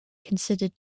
considered